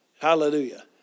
Hallelujah